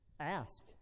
ask